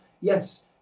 Yes